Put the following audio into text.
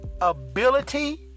ability